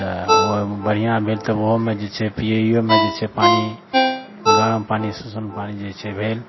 तऽ ओ बढ़िआँ भेल तब ओहोमे जे छै पियैयोमे जे छै पानि गरम पानि सुसुम पानि जे छै भेल